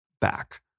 back